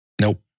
Nope